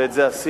ואת זה עשינו.